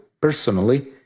personally